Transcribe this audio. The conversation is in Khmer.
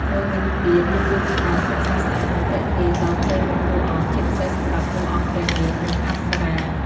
មួយវិញទៀតវាជួយបង្កើនភាពស្រស់ស្អាត និងទាក់ទាញ ដល់ផ្ទៃមុខតួអង្គ ជាពិសេសសម្រាប់តួអង្គព្រះនាង និងអប្សរា។